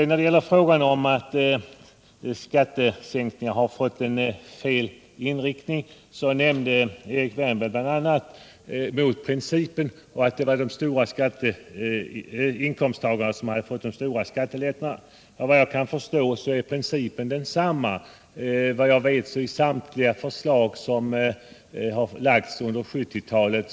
När det gäller frågan huruvida skattesänkningen har fått en felaktig inriktning invände Erik Wärnberg mot principen och sade att höginkomsttagarna har fått de största skattelättnaderna. Vad jag kan förstå är principen densamma i samtliga förslag som har lagts fram under 1970 talet.